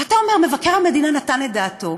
ואתה אומר: מבקר המדינה נתן את דעתו.